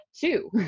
two